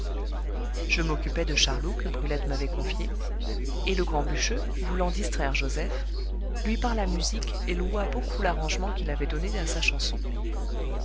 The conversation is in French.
je m'occupai de charlot que brulette m'avait confié et le grand bûcheux voulant distraire joseph lui parla musique et loua beaucoup l'arrangement qu'il avait donné à sa chanson